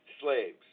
slaves